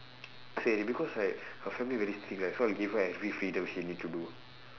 say because like her family very serious so I'll give her every freedom she need to do